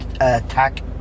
attack